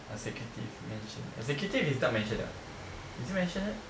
executive mansion executive is dubbed mansion ah is it maisonette